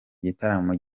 gitaramo